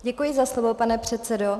Děkuji za slovo, pane předsedo.